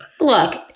Look